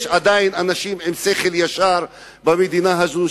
יש עדיין אנשים עם שכל ישר במדינה הזאת,